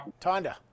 Tonda